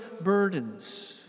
burdens